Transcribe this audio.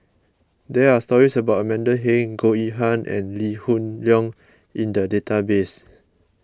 there are stories about Amanda Heng Goh Yihan and Lee Hoon Leong in the database